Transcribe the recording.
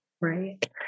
right